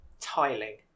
Tiling